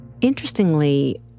Interestingly